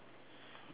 okay